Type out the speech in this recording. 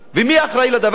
ומי אחראי לדבר?